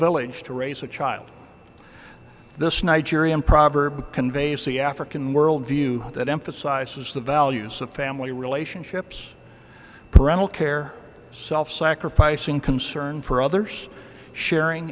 village to raise a child this nigerian proverb conveys the african worldview that emphasizes the values of family relationships parental care self sacrificing concern for others sharing